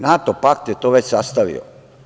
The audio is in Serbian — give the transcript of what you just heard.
NATO pakt je to već sastavio.